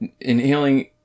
inhaling